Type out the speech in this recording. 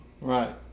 Right